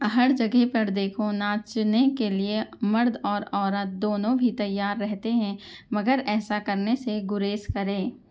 ہر جگہ پر دیکھو ناچنے کے لیے مرد اور عورت دونوں ہی تیار رہتے ہیں مگر ایسا کرنے سے گریز کریں